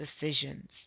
decisions